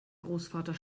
großvater